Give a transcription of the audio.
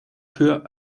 für